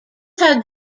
had